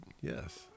yes